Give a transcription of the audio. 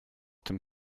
dem